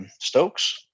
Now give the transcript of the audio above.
Stokes